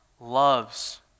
loves